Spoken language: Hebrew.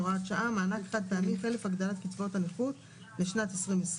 הוראת שעה) (מענק חד-פעמי חלף הגדלת קצבאות הנכות לשנת 2020):